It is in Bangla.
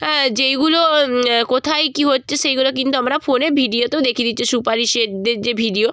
হ্যাঁ যেইগুলো কোথায় কী হচ্ছে সেইগুলো কিন্তু আমরা ফোনে ভিডিওতেও দেখিয়ে দিচ্ছে সুপারিশেরদের যে ভিডিও